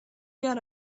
got